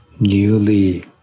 newly